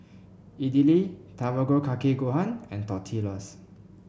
Idili Tamago Kake Gohan and Tortillas